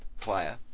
player